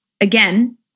again